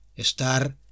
Estar